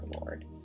Lord